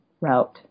route